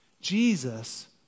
Jesus